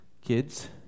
Kids